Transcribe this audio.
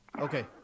Okay